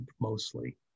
mostly